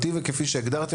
כפי שהגדרתי,